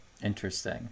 Interesting